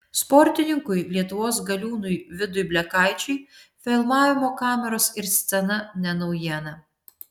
sportininkui lietuvos galiūnui vidui blekaičiui filmavimo kameros ir scena ne naujiena